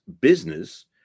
business